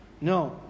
No